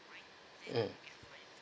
um